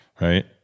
right